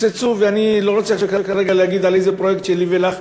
אני לא רוצה כרגע לדבר על איזה פרויקט שלי ולך,